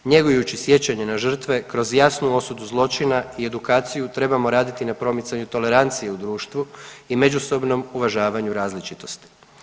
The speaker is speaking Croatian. Njegujući sjećanje na žrtve kroz jasnu osudu zločina i edukaciju, trebamo raditi na promicanju tolerancije u društvu i međusobnom uvažavanju različitosti.